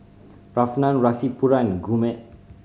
Ramnath Rasipuram and Gurmeet